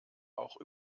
auch